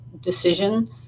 decision